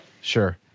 Sure